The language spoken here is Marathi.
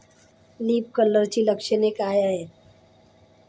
लीफ कर्लची लक्षणे काय आहेत?